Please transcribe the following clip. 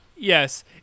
Yes